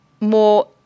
more